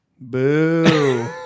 Boo